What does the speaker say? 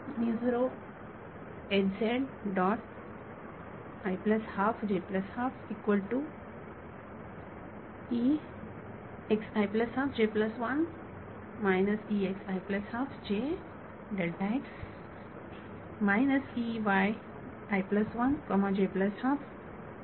विद्यार्थी E x